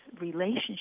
relationship